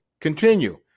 Continue